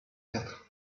quatre